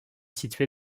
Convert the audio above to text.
situé